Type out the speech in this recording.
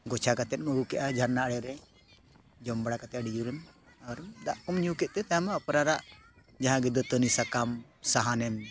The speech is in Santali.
ᱜᱚᱪᱷᱟ ᱠᱟᱛᱮᱢ ᱟᱹᱜᱩ ᱠᱮᱜᱼᱟ ᱡᱷᱟᱨᱱᱟ ᱟᱲᱮ ᱨᱮ ᱡᱚᱢ ᱵᱟᱲᱟ ᱠᱟᱛᱮ ᱟᱹᱰᱤ ᱡᱳᱨᱮᱢ ᱟᱨᱮᱢ ᱫᱟᱜ ᱠᱚᱢ ᱧᱩ ᱠᱮᱫ ᱛᱮ ᱛᱟᱭᱚᱢ ᱢᱟ ᱚᱯᱱᱟᱨᱟᱜ ᱡᱟᱦᱟᱸ ᱜᱮ ᱫᱟᱹᱛᱟᱹᱱᱤ ᱥᱟᱠᱟᱢ ᱥᱟᱦᱟᱱᱮᱢ